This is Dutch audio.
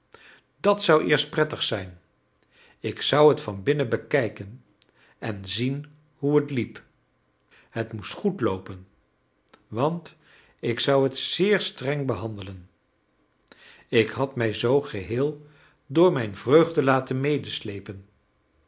dat zou eerst prettig zijn ik zou het van binnen bekijken en zien hoe het liep het moest goed loopen want ik zou het zeer streng behandelen ik had mij zoo geheel door mijn vreugde laten